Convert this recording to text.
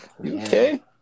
Okay